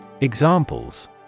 Examples